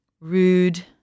rude